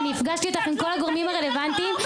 הפגשתי אותך עם כל הגורמים הרלוונטיים.